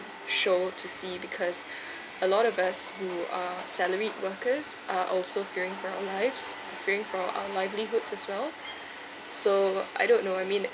show to see because a lot of us who are salaried workers are also fearing for our lives fearing for our livelihoods as well so I don't know I mean